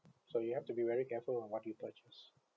so you have to be very careful on what you purchase